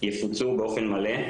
יפוצו באופן מלא,